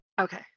Okay